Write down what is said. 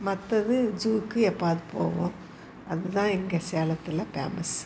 மற்றது ஜூவுக்கு எப்பாது போவோம் அதுதான் எங்கள் சேலத்தில் ஃபேமஸ்